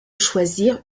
choisir